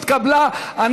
טלב אבו עראר,